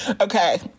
Okay